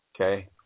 Okay